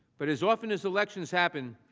but as often as elections happen,